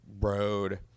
road